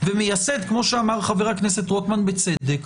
ומייסד כמו שאמר חבר הכנסת רוטמן בצדק,